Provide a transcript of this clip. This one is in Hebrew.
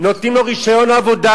נותנים לו רשיון עבודה,